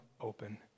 open